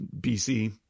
BC